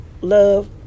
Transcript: Love